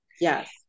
Yes